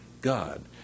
God